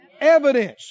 Evidence